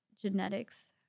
genetics